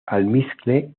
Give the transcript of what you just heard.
almizcle